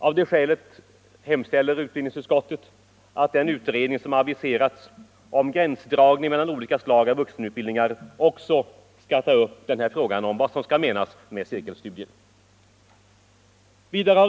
Av det skälet hemställer utbildningsutskottet att den utredning som aviserats om gränsdragning mellan olika slag av vuxenutbildning också får ta upp frågan om vad som skall menas med cirkelstudier.